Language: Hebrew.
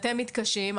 אתם מתקשים,